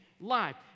life